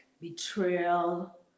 betrayal